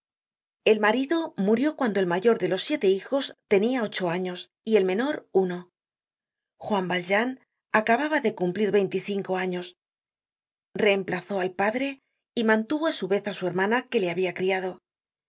el marido murió cuando el mayor de los siete hijos tenia ocho años y el menor uno juan valjean acababa de cumplir veinticinco años reemplazó al padre y mantuvo á su vez á su hermana que le habia criado